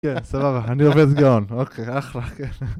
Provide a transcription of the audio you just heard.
כן סבבה אני עובד גאון אוקיי אחלה כן.